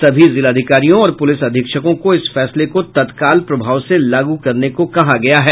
सभी जिलाधिकारियों और पुलिस अधीक्षकों को इस फैसले को तत्काल प्रभाव से लागू कराने को कहा है